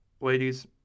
Ladies